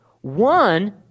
One